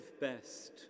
best